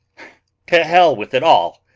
to hell with it all!